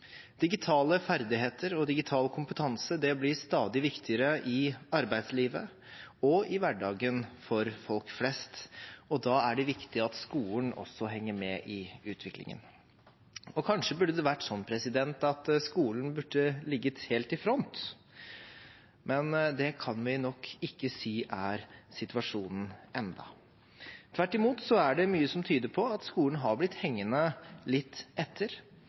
Digitale ferdigheter og digital kompetanse blir stadig viktigere i arbeidslivet og i hverdagen for folk flest. Da er det viktig at skolen også henger med i utviklingen. Kanskje burde det vært slik at skolen lå helt i front, men det kan vi nok ikke si er situasjonen enda. Tvert imot er det mye som tyder på at skolen har blitt hengende litt etter.